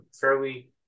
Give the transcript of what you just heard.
fairly